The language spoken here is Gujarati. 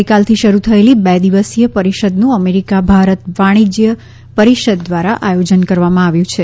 ગઇકાલથી શરૂ થયેલી બે દિવસીય પરિષદનું અમેરિકા ભારત વાણિજ્ય પરિષદ દ્વારા આયોજન કરવામાં આવ્યું છે